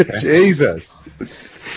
Jesus